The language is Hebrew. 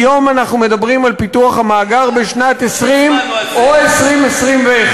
היום אנחנו מדברים על פיתוח המאגר בשנת 2020 או 2020 2021,